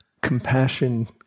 compassion